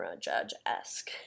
Judge-esque